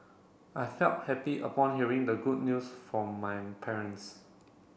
I felt happy upon hearing the good news from my parents